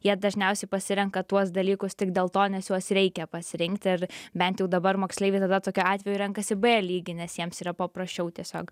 jie dažniausiai pasirenka tuos dalykus tik dėl to nes juos reikia pasirinkti ir bent jau dabar moksleiviai tada tokiu atveju renkasi b lygį nes jiems yra paprasčiau tiesiog